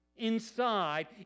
inside